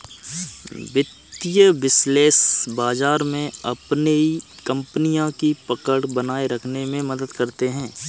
वित्तीय विश्लेषक बाजार में अपनी कपनियों की पकड़ बनाये रखने में मदद करते हैं